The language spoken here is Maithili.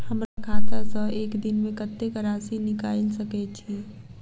हमरा खाता सऽ एक दिन मे कतेक राशि निकाइल सकै छी